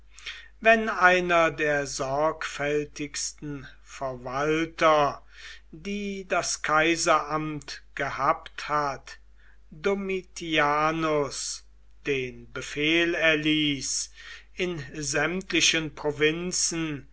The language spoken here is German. wenn einer der sorgfältigsten verwalter die das kaiseramt gehabt hat domitianus den befehl erließ in sämtlichen provinzen